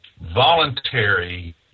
voluntary